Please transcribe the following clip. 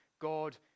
God